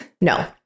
No